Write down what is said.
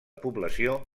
població